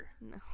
No